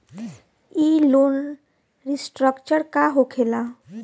ई loan restructure का होखे ला?